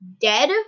dead